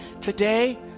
today